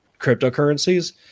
cryptocurrencies